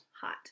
Hot